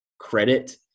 credit